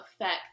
effect